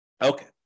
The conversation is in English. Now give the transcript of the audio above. Okay